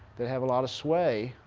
that have a lot of sway.